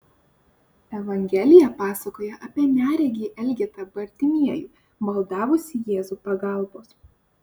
evangelija pasakoja apie neregį elgetą bartimiejų maldavusį jėzų pagalbos